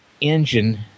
engine